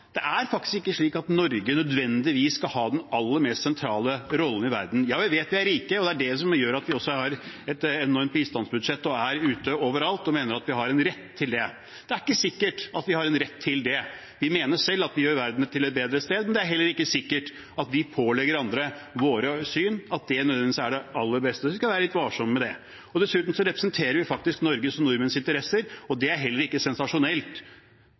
Det er faktisk ikke slik at Norge nødvendigvis skal ha den aller mest sentrale rollen i verden. Ja, vi vet vi er rike, og det er også det som gjør at vi har et enormt bistandsbudsjett og er ute overalt og mener vi har en rett til det. Det er ikke sikkert vi har en rett til det. Vi mener selv at vi gjør verden til et bedre sted, men det er ikke sikkert at det å pålegge andre våre syn nødvendigvis er det aller beste. Vi skal være litt varsomme med det. Dessuten representerer vi faktisk Norges og nordmenns interesser, og det er heller ikke sensasjonelt.